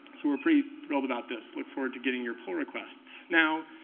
so we're pretty thrilled about this. look forward to getting your pull requests. now,